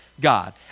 God